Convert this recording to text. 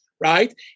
right